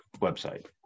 website